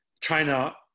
China